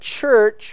church